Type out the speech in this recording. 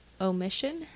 omission